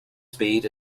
speed